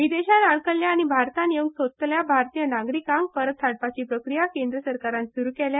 विदेशांत आडकल्ल्या आनी भारतांक येवंक सोदतल्या भारतीय नागरिकांक परतून हाडपाची प्रक्रिया केंद्र सरकारान सुरू केल्या